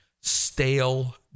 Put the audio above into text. Stale